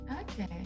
Okay